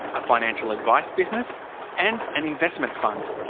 a financial-advice business and an investment fund.